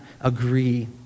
agree